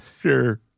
Sure